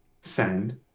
send